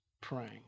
praying